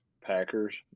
Packers